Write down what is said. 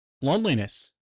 loneliness